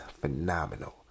phenomenal